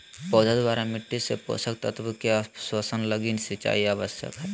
पौधा द्वारा मिट्टी से पोषक तत्व के अवशोषण लगी सिंचाई आवश्यक हइ